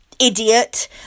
idiot